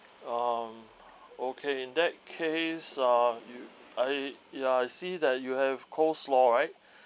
um okay in that case uh you I ya I see that you have coleslaw right